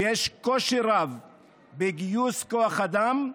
ויש קושי רב בגיוס כוח אדם,